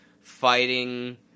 fighting